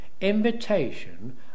invitation